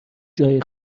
جای